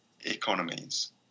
economies